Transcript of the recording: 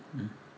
mm